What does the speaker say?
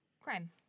crime